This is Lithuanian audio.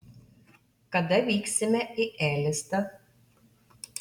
kada vyksime į elistą